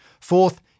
Fourth